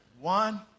one